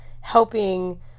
helping